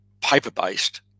paper-based